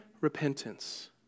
repentance